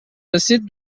رسید